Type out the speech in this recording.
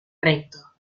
recto